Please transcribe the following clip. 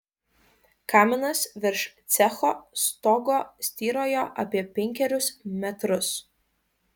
kaminas virš cecho stogo styrojo apie penkerius metrus